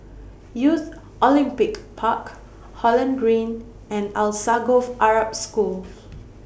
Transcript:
Youth Olympic Park Holland Green and Alsagoff Arab School